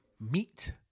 meat